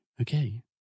okay